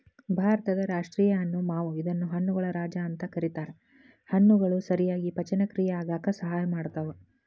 ಭಾರತದ ರಾಷ್ಟೇಯ ಹಣ್ಣು ಮಾವು ಇದನ್ನ ಹಣ್ಣುಗಳ ರಾಜ ಅಂತ ಕರೇತಾರ, ಹಣ್ಣುಗಳು ಸರಿಯಾಗಿ ಪಚನಕ್ರಿಯೆ ಆಗಾಕ ಸಹಾಯ ಮಾಡ್ತಾವ